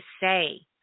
say